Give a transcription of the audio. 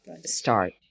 start